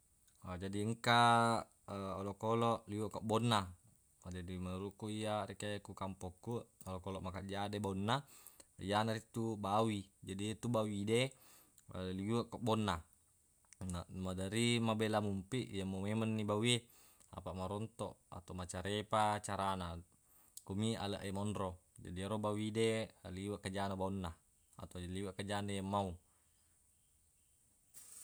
Jadi engka olokoloq liweq kebbonna jadi menuruq kuq iyya rekeng ku kampokku olokoloq makejja de baunna yanaritu bawi jadi yetu bawi de liweq kebbonna na- maderri mabela mompiq yemmau memenni bawie apaq marontoq atau macarepa carana kumi aleq e monro jadi ero bawi de liweq kejjana baunna atau liweq kejjana yemmau.